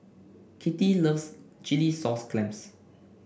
Kittie loves Chilli Sauce Clams